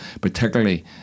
particularly